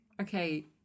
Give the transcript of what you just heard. okay